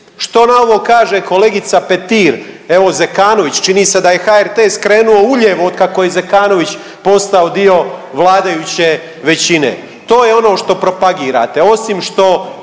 Što na ovo kaže kolegica Petir? Evo Zekanović, čini se da je HRT skrenuo ulijevo otkako je Zekanović postao dio vladajuće većine, to je ono što propagirate. Osim što